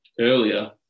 earlier